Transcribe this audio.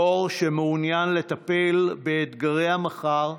דור שמעוניין לטפל באתגרי המחר,